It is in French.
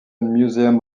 museum